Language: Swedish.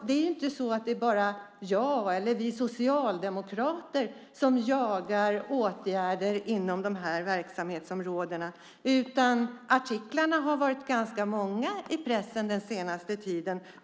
Det är inte så att det bara är jag eller vi socialdemokrater som jagar åtgärder inom dessa verksamhetsområden, utan artiklarna i pressen om detta har varit ganska många den senaste tiden.